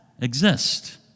exist